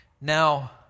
Now